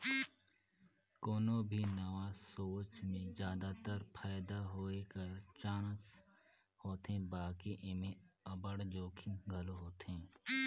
कोनो भी नावा सोंच में जादातर फयदा होए कर चानस होथे बकि एम्हें अब्बड़ जोखिम घलो होथे